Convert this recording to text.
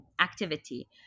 activity